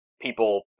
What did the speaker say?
people